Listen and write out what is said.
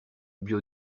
bio